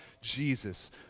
Jesus